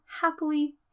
happily